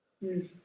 yes